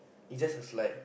is just a slide